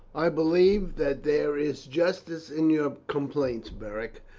i believe that there is justice in your complaints, beric,